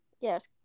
yes